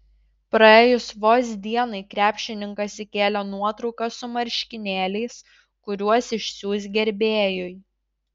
praėjus vos dienai krepšininkas įkėlė nuotrauką su marškinėliais kuriuos išsiųs gerbėjui